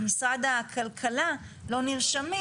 במשרד הכלכלה לא נרשמים.